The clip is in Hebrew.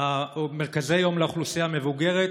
מרכזי יום לאוכלוסייה המבוגרת,